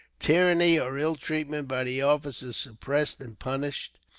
tyranny or ill treatment by the officers suppressed and punished,